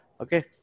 Okay